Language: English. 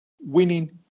winning